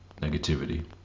negativity